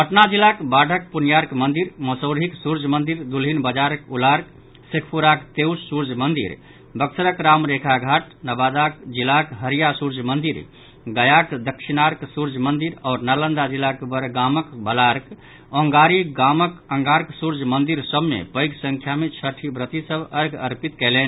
पटना जिलाक वाढ़क पुण्यार्क मंदिर मसौढ़िक सुर्य मंदिर दुल्हिन बाजारक उलार्क शेखपुराक तेउस सूर्य मंदिर बक्सरक रामरेखा घाट नावादाक जिलाक हडिया सूर्य मंदिर गयाक दक्षिणार्क सूर्य मंदिर आओर नालंदा जिलाक बड़गामक बालार्क आ औगांरी गामक अंगार्क सूर्य मंदिर सभ मे पैघ संख्या मे छठि व्रति सभ अर्ध्य अर्पित कयलनि